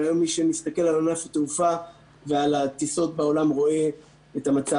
והיום מי שמסתכל על ענף התעופה ועל הטיסות בעולם רואה את המצב.